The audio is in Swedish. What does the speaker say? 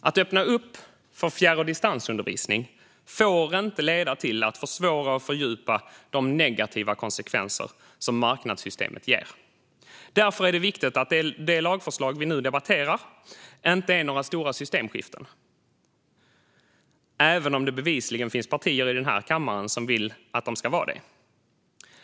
Att öppna för fjärr och distansundervisning får inte leda till att de negativa konsekvenser som marknadssystemet ger försvåras och fördjupas. Därför är det viktigt att de lagförslag vi nu debatterar inte innebär några stora systemskiften, även om det bevisligen finns partier i kammaren som vill att de ska vara det.